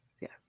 yes